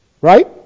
Right